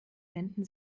wenden